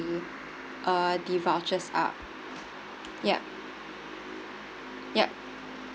uh the vouchers up ya ya